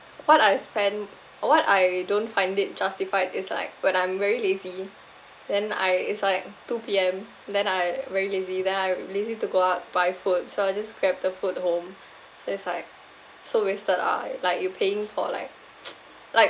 what I spend what I don't find it justified is like when I'm very lazy then I it's like two P_M then I very lazy then I lazy to go out buy food so I just grab the food home so it's like so wasted ah like you paying for like like